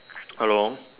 hello